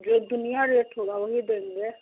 जो दुनिया रेट होगा वही देंगे